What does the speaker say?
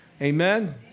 Amen